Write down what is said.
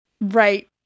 Right